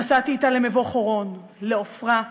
נסעתי אתה למבוא-חורון, לעפרה ועוד.